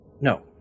No